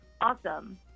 awesome